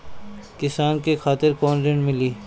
किसान के खातिर कौन ऋण मिली?